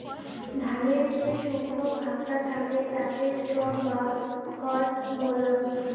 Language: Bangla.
ধানের যে শুকনো ভাগটা থাকে তাকে স্ট্র বা খড় বলাঙ্গ